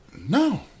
no